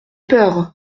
peur